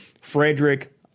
Frederick